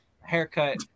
haircut